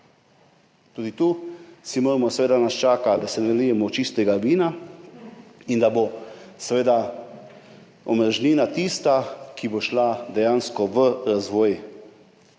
Tudi tu nas čaka, da si nalijemo čistega vina in da bo seveda omrežnina tista, ki bo šla dejansko v razvoj